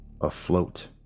afloat